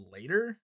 later